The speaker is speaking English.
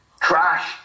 trashed